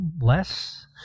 less